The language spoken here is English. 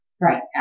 Right